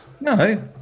No